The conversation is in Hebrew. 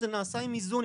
אלא זה נעשה עם איזון,